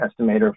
estimator